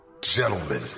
Gentlemen